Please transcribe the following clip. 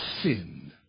sin